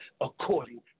according